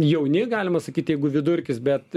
jauni galima sakyt jeigu vidurkis bet